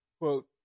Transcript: quote